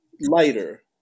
lighter